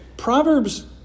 Proverbs